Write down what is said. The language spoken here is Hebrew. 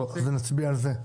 אז נצביע על זה.